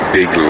big